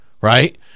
right